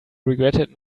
regretted